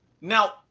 Now